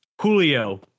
Julio